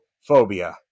phobia